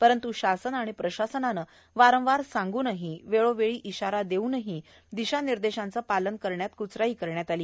परंत् शासन प्रशासनाने वारंवार सांग्नही वेळोवेळी इशारा देऊनही दिशानिर्देशाचे पालन करण्यात कूचराई केली